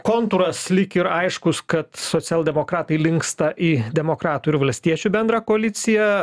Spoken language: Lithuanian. kontūras lyg ir aiškus kad socialdemokratai linksta į demokratų ir valstiečių bendrą koaliciją